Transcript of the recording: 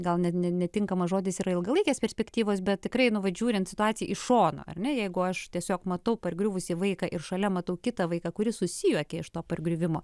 gal net ne netinkamas žodis yra ilgalaikės perspektyvos bet tikrai nu vat žiūrint į situaciją iš šono ar ne jeigu aš tiesiog matau pargriuvusį vaiką ir šalia matau kitą vaiką kuris susijuokė iš to pargriuvimo